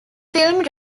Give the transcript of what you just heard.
film